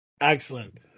Excellent